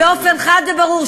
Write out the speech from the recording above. באופן חד וברור,